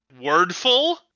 wordful